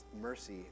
Mercy